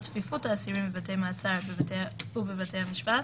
על צפיפות האסירים בבתי המעצר ובבתי המשפט,